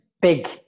big